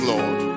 Lord